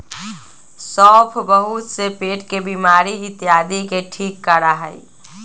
सौंफ बहुत से पेट के बीमारी इत्यादि के ठीक करा हई